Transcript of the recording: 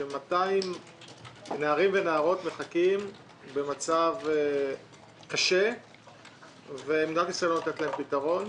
200 נערים ונערות מחכים במצב קשה ומדינת ישראל לא נותנת להם פתרון.